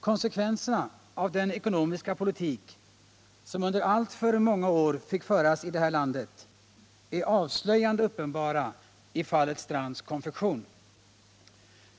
Konsekvenserna av den ekonomiska politik, som under alltför många år fick föras i det här landet, är avslöjande uppenbara i fallet Strands Konfektion.